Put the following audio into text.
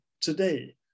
Today